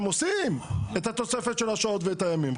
הם עושים את התוספת של השעות ואת הימים.